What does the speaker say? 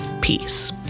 peace